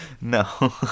no